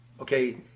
Okay